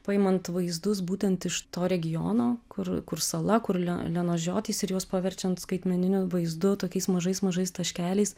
paimant vaizdus būtent iš to regiono kur kur sala kur le lenos žiotys ir juos paverčiant skaitmeniniu vaizdu tokiais mažais mažais taškeliais